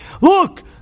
Look